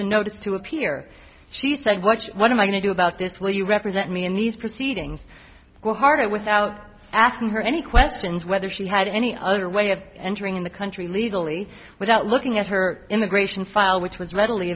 the notice to appear she said watch what i'm going to do about this will you represent me in these proceedings go hard without asking her any questions whether she had any other way of entering the country illegally without looking at her immigration file which was readily